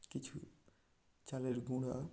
কিছু চালের গুঁড়া